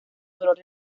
dolor